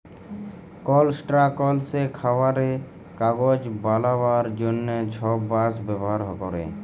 কলস্ট্রাকশলে, খাবারে, কাগজ বালাবার জ্যনহে ছব বাঁশ ব্যাভার ক্যরে